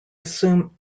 assume